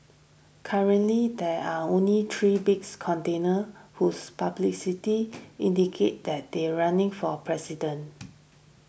currently there are only three big contenders who's publicity indicated that they are running for a president